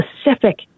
Specific